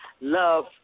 love